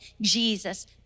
Jesus